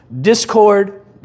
discord